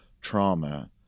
trauma